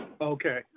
Okay